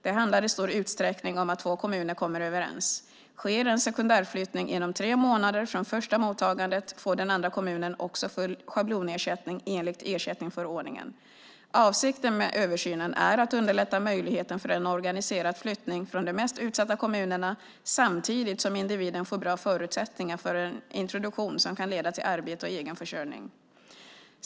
Det handlar i stor utsträckning om att två kommuner kommer överens. Sker en sekundärflyttning inom tre månader från första mottagandet får den andra kommunen också full schablonersättning enligt ersättningsförordningen. Avsikten med översynen är att underlätta möjligheten för en organiserad flyttning från de mest utsatta kommunerna samtidigt som individen får bra förutsättningar för en introduktion som kan leda till arbete och egen försörjning.